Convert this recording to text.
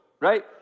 right